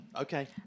Okay